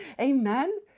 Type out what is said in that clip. Amen